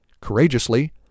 Courageously